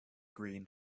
green